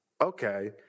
Okay